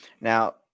Now